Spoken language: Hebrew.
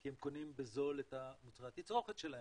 כי הם קונים בזול את מוצרי התצרוכת שלהם